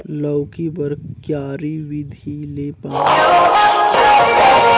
लौकी बर क्यारी विधि ले पानी पलोय सकत का?